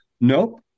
Nope